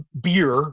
beer